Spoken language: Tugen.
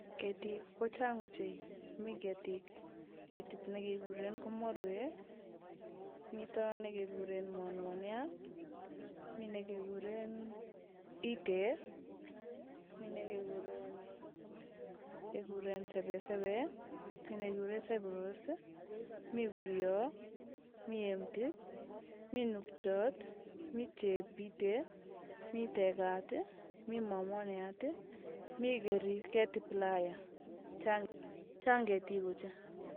Ketiik ko chang ochei, mi ketiik, ketit nekekureen komolwee, mito nekekureen monmonia, mi nekekureen itee, mi nekekureen kekureen sepesepe, mi nekureen saiproos, mi kurio, mi emtit, mi nukchiot, mi chepitet, mi tekaat, mi momomiat, mi kerik ketiplaya, chang, chang ketiik ochei.